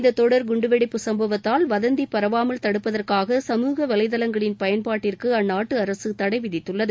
இந்த தொடர் குண்டுவெடிப்பு சம்பவத்தால் வதந்தி பரவாமல் தடுப்பதற்னக சமூக வலைதளங்களின் பயன்பாட்டிற்கு அந்நாட்டு அரசு தடை விதித்துள்ளது